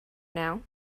now